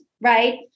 right